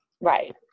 Right